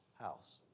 house